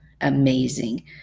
amazing